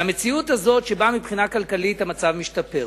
והמציאות הזאת שבה מבחינה כלכלית המצב משתפר,